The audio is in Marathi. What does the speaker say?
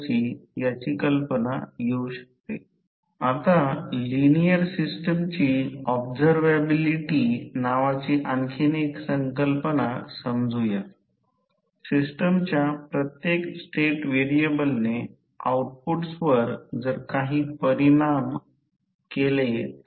आणि जसे की एकक पॉवर फॅक्टर आहे म्हणजेच हे I2 आणि V2 दोन्ही टप्प्यात असतील आणि ही आणखी एक गोष्ट आहे I2 Re2 ड्रॉप देखील जोडा कारण E2 जर फक्त हे पाहिले तर ते E2 V2 I2 Re2 j I2 XE2